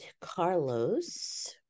Carlos